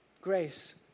grace